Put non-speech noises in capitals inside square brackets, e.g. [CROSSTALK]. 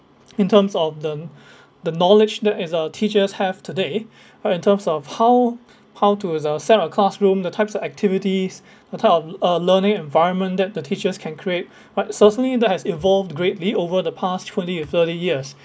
in terms of the [BREATH] the knowledge that is our teachers have today [BREATH] or in terms of how how to the set of classroom the types of activities the type of uh learning environment that the teachers can create but certainly that has evolved greatly over the past twenty and thirty years